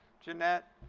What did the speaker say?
johnette.